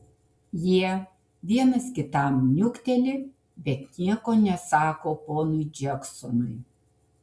jie vienas kitam niukteli bet nieko nesako ponui džeksonui